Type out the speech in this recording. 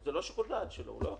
זה לא שיקול דעת שלו, הוא לא יכול.